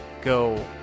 Go